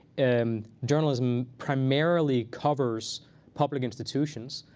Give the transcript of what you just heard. and journalism primarily covers public institutions.